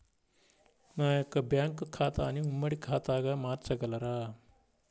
నా యొక్క బ్యాంకు ఖాతాని ఉమ్మడి ఖాతాగా మార్చగలరా?